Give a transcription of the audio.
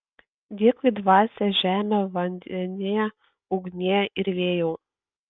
dėkui dvasia žeme vandenie ugnie ir vėjau